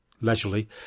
leisurely